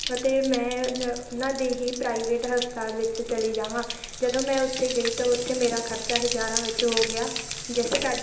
ਅਤੇ ਮੈਂ ਉਹਨਾਂ ਦੇ ਹੀ ਪ੍ਰਾਈਵੇਟ ਹਸਪਤਾਲ ਵਿੱਚ ਚਲੀ ਜਾਵਾਂ ਜਦੋਂ ਮੈਂ ਉੱਥੇ ਗਈ ਤਾਂ ਉੱਥੇ ਮੇਰਾ ਖਰਚਾ ਹਜ਼ਾਰਾਂ ਵਿੱਚ ਹੋ ਗਿਆ ਜਿਸ ਕਰ